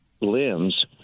limbs